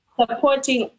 supporting